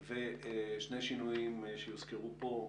ושני שינויים שהוזכרו פה,